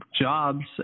jobs